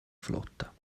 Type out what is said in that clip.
flotta